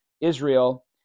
Israel